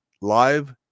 live